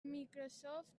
microsoft